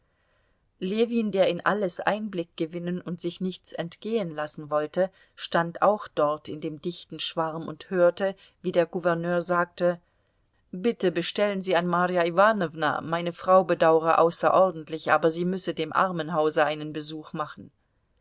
ljewin der in alles einblick gewinnen und sich nichts entgehen lassen wollte stand auch dort in dem dichten schwarm und hörte wie der gouverneur sagte bitte bestellen sie an marja iwanowna meine frau bedauere außerordentlich aber sie müsse dem armenhause einen besuch machen